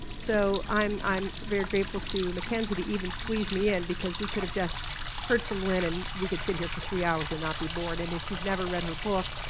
so i'm i'm very grateful to mackenzie to even squeeze me in and because we could have just heard from lynn and we could sit here for three hours and not be bored. and if you've never read her book,